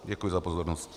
Děkuji za pozornost.